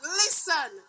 listen